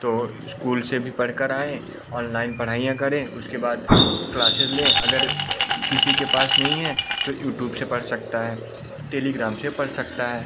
तो इस्कूल से भी पढ़कर आएँ ऑनलाइन पढ़ाइयाँ करें उसके बाद क्लासेस लें अगर किसी के पास नहीं है तो यूटूब से पढ़ सकता है टेलीग्राम से पढ़ सकता है